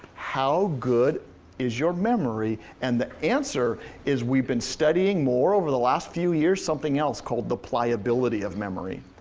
how good is your memory? and the answer is we've been studying more over the last few years something else called the pliability of memory.